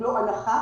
קיבלו הנחה,